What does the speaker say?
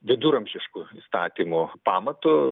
viduramžišku įstatymo pamatu